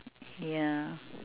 yeah